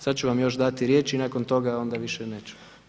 Sada ću vam još dati riječ i nakon toga onda više neću.